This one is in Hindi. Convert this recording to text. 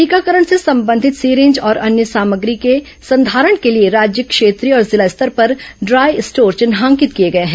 टीकाकरण से संबंधित सिरिंज और अन्य सामग्री के संधारण के लिए राज्य क्षेत्रीय और जिला स्तर पर ड्राई स्टोर चिन्हांकित किए गए हैं